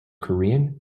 korean